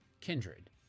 kindred